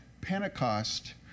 Pentecost